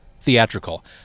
theatrical